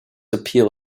appeal